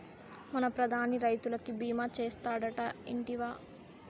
మన ప్రధాని రైతులకి భీమా చేస్తాడటా, ఇంటివా